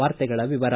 ವಾರ್ತೆಗಳ ವಿವರ